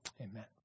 Amen